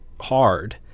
hard